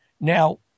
Now